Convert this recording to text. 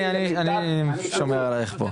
אני שומר עלייך פה.